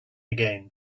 again